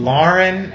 Lauren